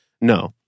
No